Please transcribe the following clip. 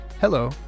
Hello